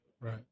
Right